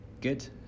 good